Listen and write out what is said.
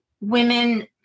women